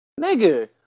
Nigga